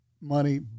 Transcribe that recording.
money